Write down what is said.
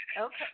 Okay